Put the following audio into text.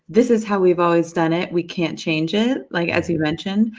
this is how we've always done it, we can't change it, like, as you mentioned,